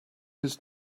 his